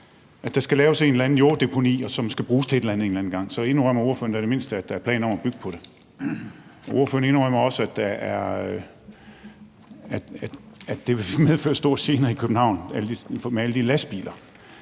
om der skal laves et eller andet jorddeponi, som skal bruges til et eller andet en eller anden gang, så indrømmer ordføreren da i det mindste, at der er planer om at bygge på det. Ordføreren indrømmer også, at det vil medføre store gener i København med alle de lastbiler.